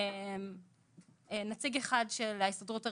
הוא נציג אחד של ההסתדרות הרפואית,